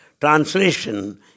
translation